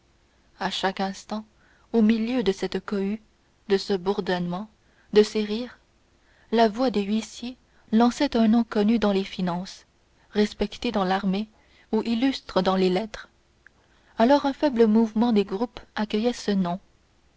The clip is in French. à chaque instant au milieu de cette cohue de ce bourdonnement de ces rires la voix des huissiers lançait un nom connu dans les finances respecté dans l'armée ou illustre dans les lettres alors un faible mouvement des groupes accueillait ce nom